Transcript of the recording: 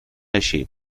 així